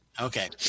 Okay